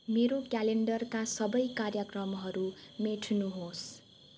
मेरो क्यालेन्डरका सबै कार्यक्रमहरू मेट्नु होस्